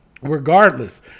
regardless –